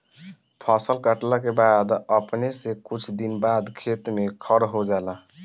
फसल काटला के बाद अपने से कुछ दिन बाद खेत में खर हो जाला